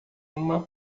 uma